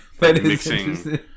mixing